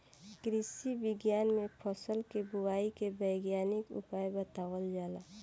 कृषि विज्ञान में फसल के बोआई के वैज्ञानिक उपाय बतावल जाला